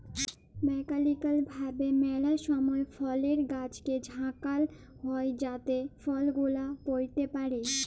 mechanical ভাবে ম্যালা সময় ফলের গাছকে ঝাঁকাল হই যাতে ফল গুলা পইড়তে পারে